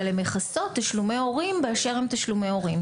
אבל הן מכסות תשלומי הורים באשר הם תשלומי הורים.